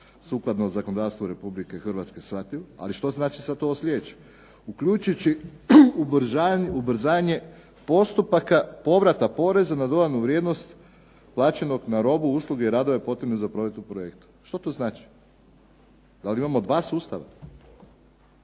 sukladno zakonodavstvu Republike Hrvatske je shvatljiv, ali što znači sad ovo sljedeće. Uključujući ubrzanje postupaka povrata poreza na dodanu vrijednost plaćenog na robu, usluge i radove potrebne za provedbu projekta. Što to znači? Da li imamo dva sustava?